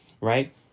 right